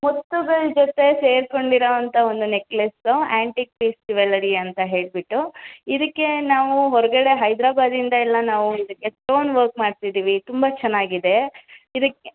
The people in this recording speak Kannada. ಮುತ್ತುಗಳ ಜೊತೆ ಸೇರ್ಕೊಂಡಿರುವಂಥ ಒಂದು ನೆಕ್ಲೇಸ್ಸು ಆ್ಯಂಟಿಕ್ ಪೀಸ್ ಜ್ಯುವೆಲರಿ ಅಂತ ಹೇಳಿಬಿಟ್ಟು ಇದಕ್ಕೆ ನಾವು ಹೊರಗಡೆ ಹೈದರಾಬಾದಿಂದ ಎಲ್ಲ ನಾವು ಇದಕ್ಕೆ ಸ್ಟೋನ್ ವರ್ಕ್ ಮಾಡ್ಸಿದ್ದೀವಿ ತುಂಬ ಚೆನ್ನಾಗಿದೆ ಇದಕ್ಕೆ